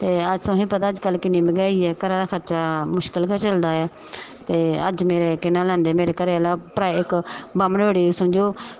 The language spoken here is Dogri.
ते अज्ज तुसेंगी पता अजकल्ल किन्नी मैंह्गाई ऐ घरा दा खर्चा मुशकल गै चलदा ऐ ते अज्ज मेरे केह् नांऽ लैंदे मेरा घरै आह्ला इक्क बामनै बड़ी समझो